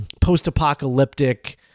post-apocalyptic